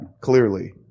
clearly